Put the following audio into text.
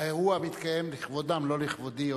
האירוע מתקיים לכבודם, לא לכבודי.